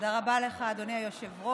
תודה רבה לך, אדוני היושב-ראש.